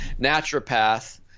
naturopath